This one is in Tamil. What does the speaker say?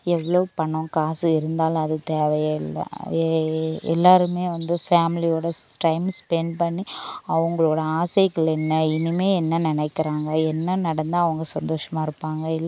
எவ்வளோ பணம் காசு இருந்தாலும் அது தேவை இல்லை அது எல்லோருமே வந்து ஃபேமிலியோடு டைம் ஸ்பென்ட் பண்ணி அவங்களோட ஆசைகள் என்ன இனிமேல் என்ன நினைக்கிறாங்க என்ன நடந்தால் அவங்க சந்தோஷமாக இருப்பாங்க இல்லை